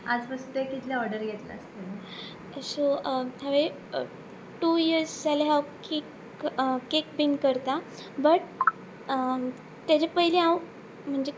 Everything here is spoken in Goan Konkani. आता मेरेन कितले ऑर्डर घेतला सो हांवे टू इयर्स जाल्यार हांव केक केक बी करता बट ताजे पयली हांव म्हणजे